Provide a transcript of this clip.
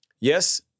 Yes